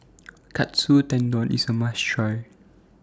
Katsu Tendon IS A must Try